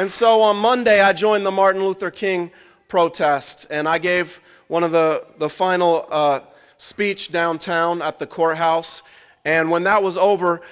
and so on monday i joined the martin luther king protests and i gave one of the the final speech downtown at the courthouse and when that was over